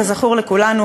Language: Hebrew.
כזכור לכולנו,